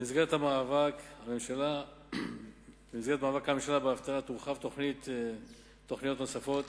במסגרת מאבק הממשלה באבטלה תורחבנה תוכניות נוספות